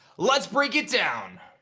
let's break it down.